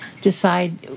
decide